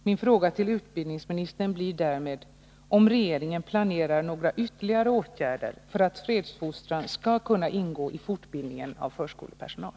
Min fråga till utbildningsministern blir därmed, om regeringen planerar några ytterligare åtgärder för att fredsfostran skall kunna ingå i fortbildningen av förskolepersonal.